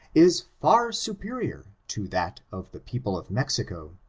is far superior to that of the people of mexico.